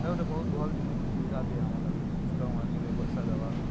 ସେଇଟା ଗୁଟେ ବହୁତ ଭଲ ଜିନିଷ ସୁବିଧା ଟେ ଆମର୍ ଲାଗି ଷ୍ଟକ୍ ମାର୍କେଟ୍କେ ପଇସା ଦବା